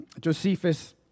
Josephus